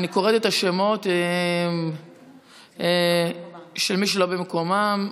אני קוראת את השמות של מי שלא במקומם.